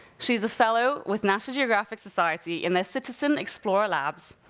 she's a fellow with national geographic society in their citizen explorer labs.